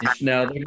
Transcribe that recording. Now